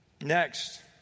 Next